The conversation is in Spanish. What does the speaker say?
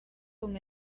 con